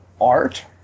Art